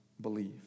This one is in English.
believe